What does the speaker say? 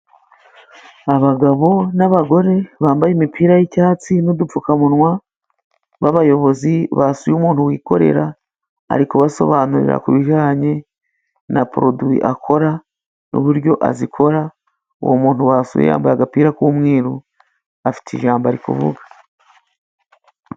Abagabo n'abagore bambaye imipira y'icyatsi n'udupfukamunwa, b'abayobozi basuye umuntu wikorera, ari kubasobanurira ku bijyanye na poroduwi akora n'uburyo azikora, uwo muntu basuye yambaye agapira k'umweru afite ijambo ari kuvuga.